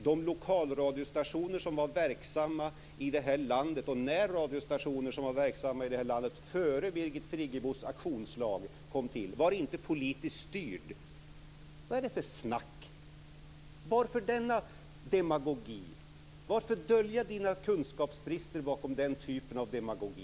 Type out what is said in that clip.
De lokalradiostationer och närradiostationer som var verksamma i det här landet före Birgit Friggebos auktionslag kom till var inte politiskt styrda. Vad är det för snack? Varför denna demagogi? Varför döljer Ola Karlsson sina kunskapsbrister bakom den typen av demagogi?